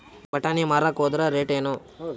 ಬಟಾನಿ ಮಾರಾಕ್ ಹೋದರ ರೇಟೇನು?